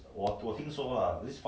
that mean once after this